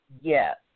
Yes